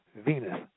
Venus